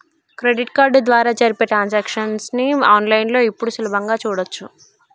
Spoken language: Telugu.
క్రెడిట్ కార్డు ద్వారా జరిపే ట్రాన్సాక్షన్స్ ని ఆన్ లైన్ లో ఇప్పుడు సులభంగా చూడచ్చు